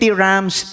rams